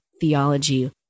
theology